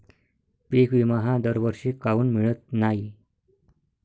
पिका विमा हा दरवर्षी काऊन मिळत न्हाई?